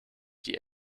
die